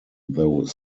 though